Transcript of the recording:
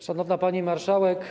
Szanowna Pani Marszałek!